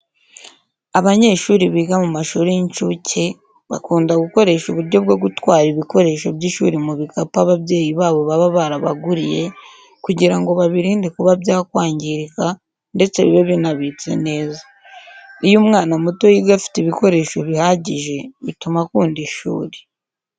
Abanyeshuri biga mu mashuri y'incuke, bakunda gukoresha uburyo bwo gutwara ibikoresho by'ishuri mu bikapu ababyeyi babo baba barabaguriye, kugira ngo babirinde kuba byakwangirika ndetse bibe binabitse neza. Iyo umwana muto yiga afite ibikoresho bihagije, bituma akunda ishuri.